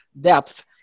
depth